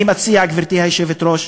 אני מציע, גברתי היושבת-ראש,